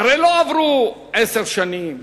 הרי לא עברו עשר שנים,